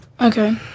Okay